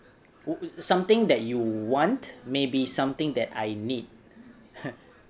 something that you want may be something that I need